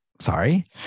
Sorry